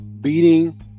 beating